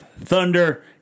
Thunder